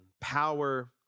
power